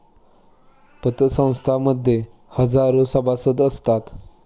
पतसंस्थां मध्ये हजारो सभासद असतात